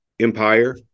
empire